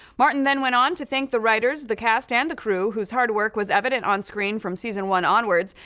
martin then went on to thank the writers, the cast, and the crew, whose hard work was evident on screen from season one onwards.